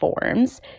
forms